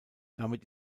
damit